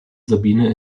sabine